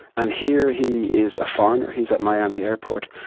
and here, he is a foreigner he's at miami airport,